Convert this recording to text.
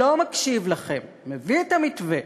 "לא מקשיב לכם, מביא את המתווה,